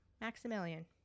Maximilian